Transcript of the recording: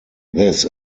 this